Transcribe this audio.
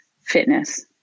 fitness